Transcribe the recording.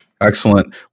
Excellent